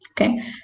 Okay